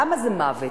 למה זה מוות?